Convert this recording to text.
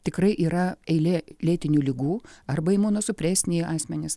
tikrai yra eilė lėtinių ligų arba imunosupresiniai asmenys